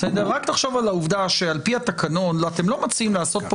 רק תחשוב על העובדה שעל פי התקנון אתם לא מציעים לעשות פה